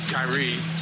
Kyrie